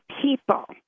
people